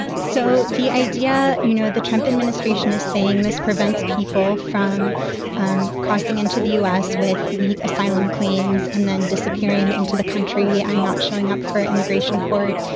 so the idea you know, the trump administration is saying this prevents people from and crossing into the u s. with weak asylum claims and then disappearing into the country and not showing up for immigration court,